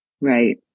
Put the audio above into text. Right